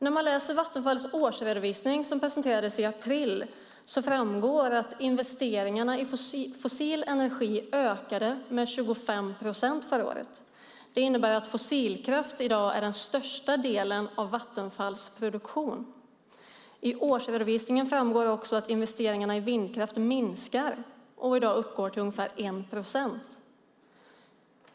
När man läser Vattenfalls årsredovisning som presenterades i april framgår det att investeringarna i fossil energi ökade med 25 procent förra året. Det innebär att fossilkraft i dag är den största delen av Vattenfalls produktion. I årsredovisningen framgår också att investeringarna i vindkraft minskar och i dag uppgår till ungefär en procent.